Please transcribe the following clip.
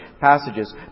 passages